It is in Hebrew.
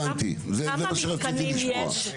כמה מתקנים יש?